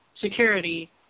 security